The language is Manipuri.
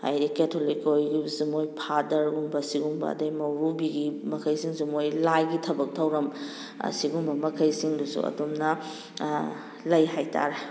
ꯍꯥꯏꯗꯤ ꯀꯦꯊꯣꯂꯤꯛꯀꯤ ꯑꯣꯏꯒꯤꯕꯁꯨ ꯃꯣꯏ ꯐꯥꯗꯔꯒꯨꯝꯕ ꯁꯤꯒꯨꯝꯕ ꯑꯗꯩ ꯃꯧꯔꯨꯕꯤꯒꯤ ꯃꯈꯩꯁꯤꯡꯁꯨ ꯃꯣꯏ ꯂꯥꯏꯒꯤ ꯊꯕꯛ ꯊꯧꯔꯝ ꯑꯁꯤꯒꯨꯝꯕ ꯃꯈꯩꯁꯤꯡꯗꯨꯁꯨ ꯑꯗꯨꯝꯅ ꯂꯩ ꯍꯥꯏꯇꯥꯔꯦ